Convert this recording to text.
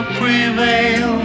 prevail